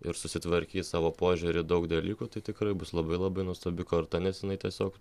ir susitvarkyt savo požiūrį į daug dalykų tai tikrai bus labai labai nuostabi karta nes jinai tiesiog